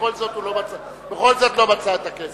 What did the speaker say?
ובכל זאת הוא לא מצא את הכסף.